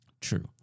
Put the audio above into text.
True